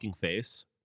face